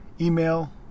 email